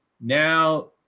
now